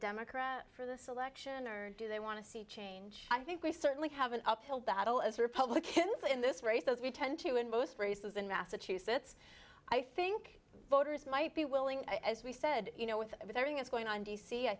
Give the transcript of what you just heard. democrat for the selection or do they want to see change i think we certainly have an uphill battle as republicans in this race those we tend to in most races in massachusetts i think voters might be willing as we said you know with everything else going on d c i